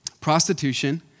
prostitution